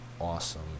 awesome